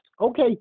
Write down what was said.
Okay